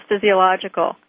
physiological